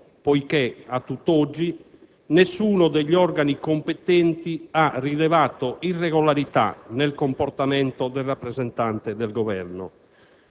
né la correttezza istituzionale del vice ministro Visco, poiché a tutt'oggi nessuno degli organi competenti ha rilevato irregolarità nel comportamento del rappresentante del Governo.